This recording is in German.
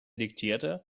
diktierte